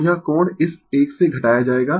तो यह कोण इस एक से घटाया जाएगा